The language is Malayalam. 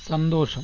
സന്തോഷം